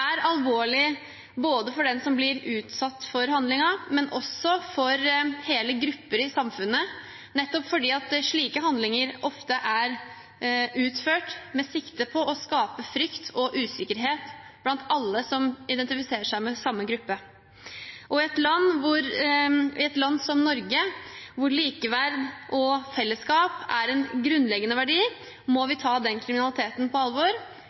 er alvorlig for den som blir utsatt for handlingen, men også for hele grupper i samfunnet, nettopp fordi slike handlinger ofte er utført med sikte på å skape frykt og usikkerhet blant alle som identifiserer seg med samme gruppe. I et land som Norge, hvor likeverd og fellesskap er en grunnleggende verdi, må vi ta den kriminaliteten på alvor